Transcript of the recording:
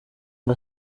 ngo